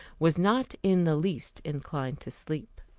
was not in the least inclined to sleep.